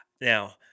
now